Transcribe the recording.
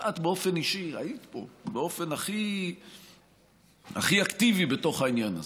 אבל את באופן אישי היית פה באופן הכי אקטיבי בתוך העניין הזה.